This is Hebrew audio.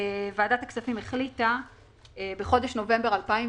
ועדת הכספים החליטה בחודש נובמבר 2020,